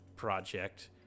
Project